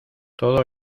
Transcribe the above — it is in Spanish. todo